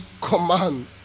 command